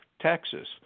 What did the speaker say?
Texas